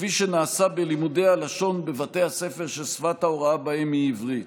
כפי שנעשה בלימודי הלשון בבתי הספר ששפת ההוראה בהם היא עברית.